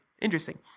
Interesting